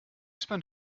spent